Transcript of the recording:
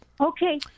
okay